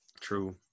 True